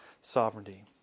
sovereignty